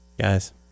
Guys